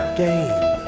game